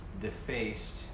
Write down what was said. defaced